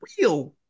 real